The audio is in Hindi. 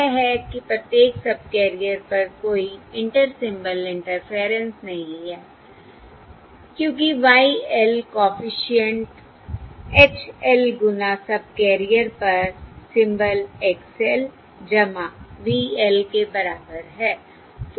यह है कि प्रत्येक सबकैरियर पर कोई इंटर सिंबल इंटरफेरेंस नहीं है क्योंकि Y l coefficient H l गुना सबकैरियर पर symbol X l V l के बराबर है